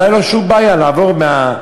לא הייתה לו שום בעיה לעבור מהרכבת